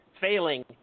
failing